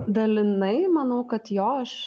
dalinai manau kad jo aš